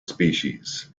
species